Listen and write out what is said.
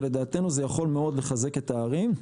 לדעתנו, זה יכול מאוד לחזק את הערים.